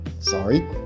sorry